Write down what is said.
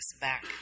back